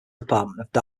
department